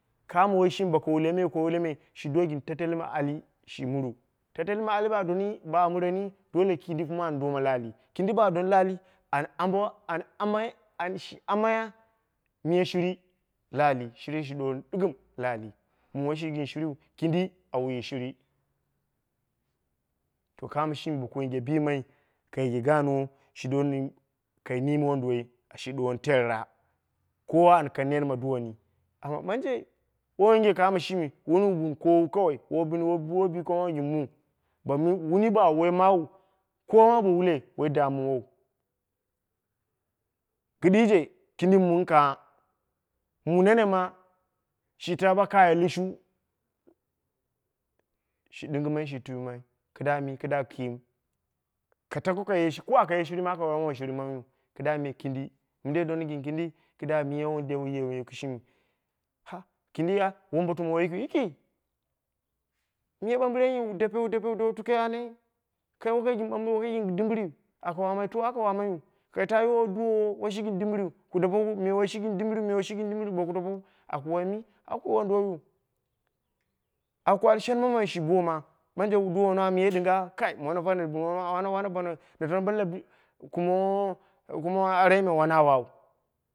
Kamoi waiyi shimi boko wule me wule me, shi do gin tattali ma ali shimuru. Tattali ma ali ba mureni dole kindi kuma an doma la'ali kindi ba don la'ali, an ame miya shiri la'ali, shiri shi duwoni diggim la'ali. Mu mi woshi gin shial kindi a wuyi shiri. To kamo shimi, boku yinge bimai, ka yinge ganwo. Shi doni kai nine wonduwoi shinduwoni terra. Kowa an kang net ma duwoni. Amma ɓanje wowun yinge kamo shimi, wuni wu bin kowa kawai, woi biki mawu gin mu, wuni bawu wai mawu kowa ma bo wuk woi damuwa. Kidije, kindi min kangha, mu nene ma shi ta bo kaye lushu, shi ɗingimai shi tumai, kida mi kida kim. Ka tako ka ye, ko aka ye shiri ma, aka wai wom aka shirmaiyu. Kida mi, kindi, mindei dona gin kindi kida miya wu de wuye kishimi kindi, ha, wombotuma yiki, moi ɓambiren wu dape wu dape wu tau tuke ane, kai wokai gin dimbiriu aka wamai to? Aka wamaiyu, ka ta yo duwowo woshi gin dimbiru ku dapeku, me woshi gin dimbiriu, me woshi gin dimbiriu bo ku dapeku aku wai mi? Aku wai wonduwoiyu aku al shen mamai shi boma, banje duwono am ye dinga, kai mono pa kumo kumo arai me pa wona wau.